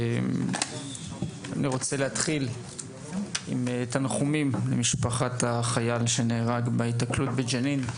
אני רוצה לפתוח בתנחומים למשפחת החייל שנהרג בהיתקלות בג'נין,